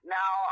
now